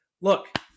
look